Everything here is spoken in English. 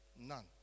None